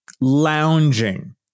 lounging